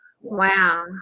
Wow